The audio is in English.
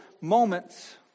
moments